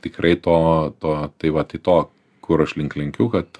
tikrai to to tai va tai to kur aš link lenkiu kad